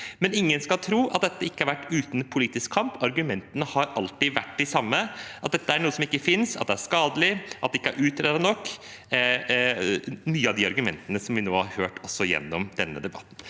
likevel tro at dette ikke har skjedd uten politisk kamp. Argumentene har alltid vært de samme – at dette er noe som ikke finnes, at det er skadelig, at det ikke er utredet nok. Mange av de argumentene har vi hørt også gjennom denne debatten.